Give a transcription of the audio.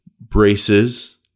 braces